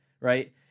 right